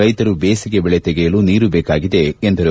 ರೈತರು ಬೇಸಿಗೆ ಬೆಳೆ ತೆಗೆಯಲು ನೀರು ಬೇಕಾಗಿದೆ ಎಂದರು